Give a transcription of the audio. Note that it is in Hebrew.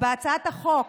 הצעת החוק